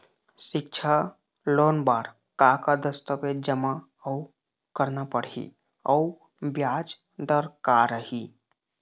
सिक्छा लोन बार का का दस्तावेज जमा करना पढ़ही अउ ब्याज दर का रही?